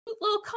little